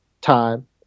time